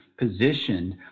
Positioned